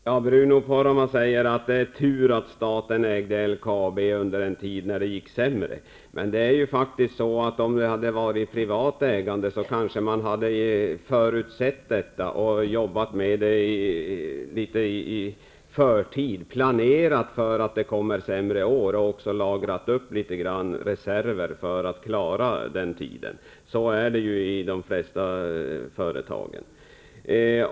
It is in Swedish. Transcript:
Fru talman! Bruno Poromaa säger att det var tur att staten ägde LKAB under en tid då det gick sämre. Men om det hade varit privat ägande kanske man hade förutsett detta och jobbat med det litet i förtid. Man hade kanske planerat för att det skulle komma sämre år och även lagrat upp litet reserver för att klara den tiden. Så är det i de flesta företag.